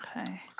Okay